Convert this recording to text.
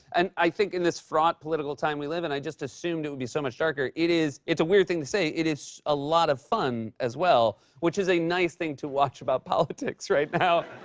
and, i think, in this fraught political time we live in, i just assumed it would be so much darker. it is it's a weird thing to say. it is a lot of fun as well, which is a nice thing to watch about politics right now.